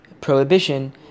prohibition